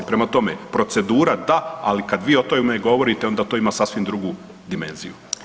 Prema tome, procedura da, ali kad vi o tome govorite onda to ima sasvim drugu dimenziju.